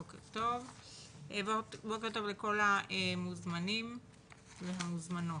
בוקר טוב לכל המוזמנים והמוזמנות.